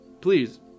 Please